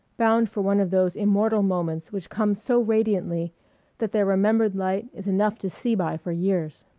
bound for one of those immortal moments which come so radiantly that their remembered light is enough to see by for years.